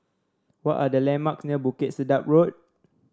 what are the landmarks near Bukit Sedap Road